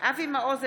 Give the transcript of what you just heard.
אבי מעוז,